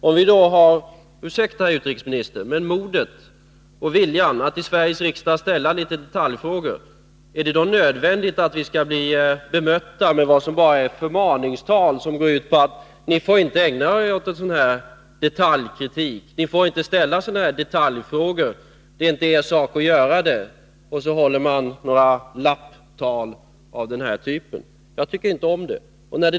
Om vi då har modet och viljan att i Sveriges riksdag ställa en del detaljfrågor, är det nödvändigt att vi skall bli bemötta med vad som bara är förmaningstal som går ut på att ni får inte ägna er åt en sådan här detaljkritik, initiativ för att skapa en kärnvapenfri zon i Europa ni får inte ställa sådana här detaljfrågor, det är inte er sak att göra det. Och så håller man några lapptal av den här typen. Jag tycker inte om det.